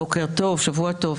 בוקר טוב, שבוע טוב.